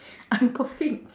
I'm coughing